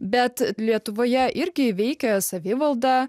bet lietuvoje irgi veikia savivalda